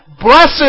blessed